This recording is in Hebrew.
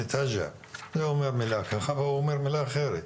זה אומר מילה ככה וההוא אומר מילה אחרת,